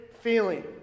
feeling